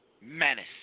menace